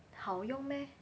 好用 meh